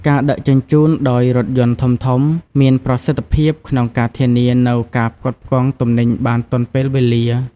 ការដឹកជញ្ជូនដោយរថយន្តធំៗមានប្រសិទ្ធភាពក្នុងការធានានូវការផ្គត់ផ្គង់ទំនិញបានទាន់ពេលវេលា។